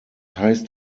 heißt